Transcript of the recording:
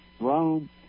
Rome